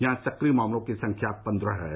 यहां सक्रिय मामलों की संख्या पन्द्रह है